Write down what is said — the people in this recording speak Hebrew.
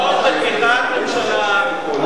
רבותי, הנמקה.